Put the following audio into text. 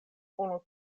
unu